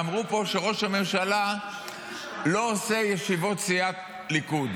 אמרו פה שראש הממשלה לא עושה ישיבות סיעת ליכוד.